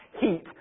heat